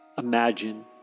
Imagine